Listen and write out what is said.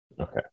Okay